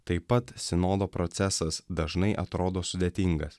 taip pat sinodo procesas dažnai atrodo sudėtingas